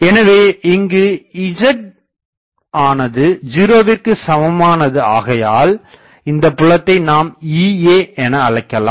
எனவே இங்கு z ஆனது 0விற்குச் சமமானது ஆகையால் இந்தப் புலத்தை நாம் Ea என அழைக்கலாம்